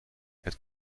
het